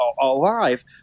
alive